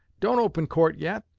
don't open court yet!